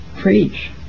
preach